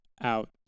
out